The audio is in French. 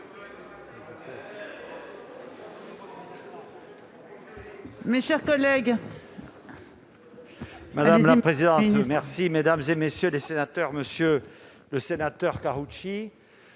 mes chers collègues,